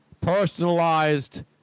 personalized